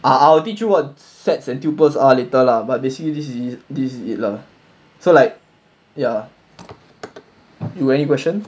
I will teach you what sets and tuples are later lah but basically this is this is it lah so like ya you got any question